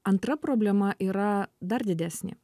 antra problema yra dar didesnė